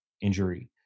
injury